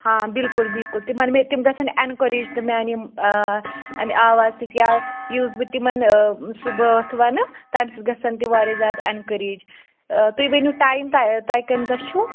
ہاں بِلکُل بِلکُل تِمَن مےٚ تِم گژھن اینکوریٚج تہٕ میٛانہِ یِم اَمہِ آوازِ سۭتۍ یا یُس بہٕ تِمَن سُہ بٲتھ وَنہٕ تَمہِ سۭتۍ گَژھن تہِ واریاہ زیادٕ اینکوریٚج تُہۍ ؤنِو ٹایِم تۄہہِ کَمہِ دۄہ چھُو